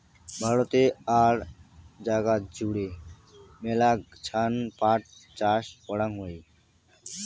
ভারতে আর জাগাত জুড়ে মেলাছান পাট চাষ করাং হই